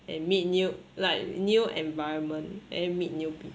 and meet new like new environment and meet new people